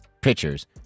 pitchers